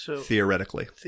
Theoretically